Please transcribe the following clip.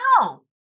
No